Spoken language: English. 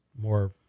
more